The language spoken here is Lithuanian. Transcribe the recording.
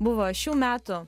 buvo šių metų